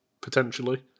potentially